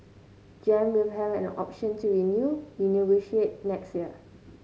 Gem will have an option to renew renegotiate next year